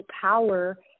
power